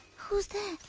who's there?